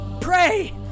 Pray